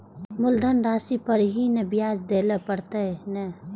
मुलधन राशि पर ही नै ब्याज दै लै परतें ने?